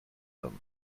them